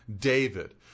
David